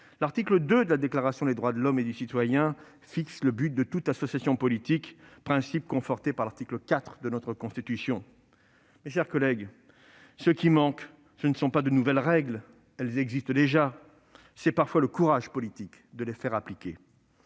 L'article II de la Déclaration des droits de l'homme et du citoyen fixe le but de toute association politique, principe conforté par l'article 4 de notre Constitution. Mes chers collègues, ce qui manque, ce ne sont pas de nouvelles règles ; elles existent déjà. C'est parfois le courage politique de les faire appliquer.